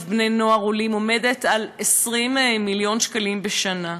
בני-נוער עולים עומדת על 20 מיליון שקלים לשנה,